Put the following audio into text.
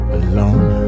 alone